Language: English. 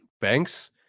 Banks